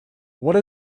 what